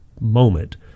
moment